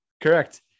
correct